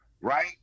right